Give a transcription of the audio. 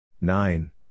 Nine